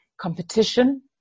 competition